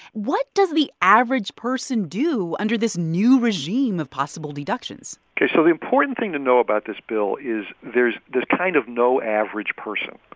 what does the average person do under this new regime of possible deductions? ok. so the important thing to know about this bill is there's kind of no average person.